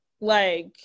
Like-